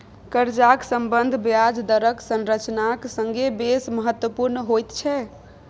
कर्जाक सम्बन्ध ब्याज दरक संरचनाक संगे बेस महत्वपुर्ण होइत छै